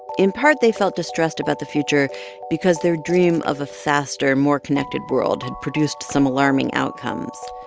in part, they felt distressed about the future because their dream of a faster, more connected world had produced some alarming outcomes.